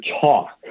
talk